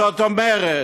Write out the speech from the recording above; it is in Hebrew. זאת אומרת,